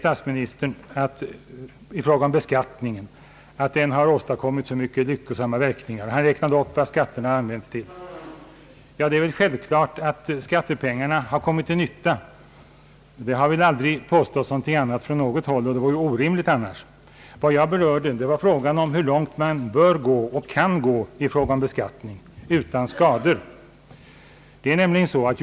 Statsministern sade vidare att beskattningen har åstadkommit så många lyckosamma verkningar, och han räknade upp vad skatterna används till. Det är självklart att skattepengarna har kommit till nytta. Något annat har väl aldrig påståtts från något håll, och det vore orimligt annars. Vad jag berörde var frågan om hur långt man bör gå och kan gå i fråga om beskattningen utan att skador uppstår.